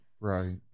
Right